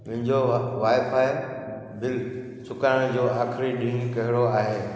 मुंहिंजो वाईफाई बिलु चुकाइण जो आख़िरी ॾींहुं कहिड़ो आहे